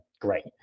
great